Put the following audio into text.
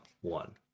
one